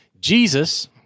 Jesus